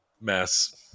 mess